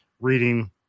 reading